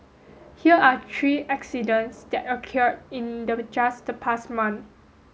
here are three accidents that occurred in the just the past month